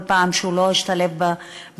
וכל פעם שהוא לא השתלב בחברה,